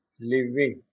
living